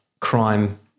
crime